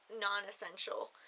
non-essential